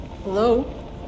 Hello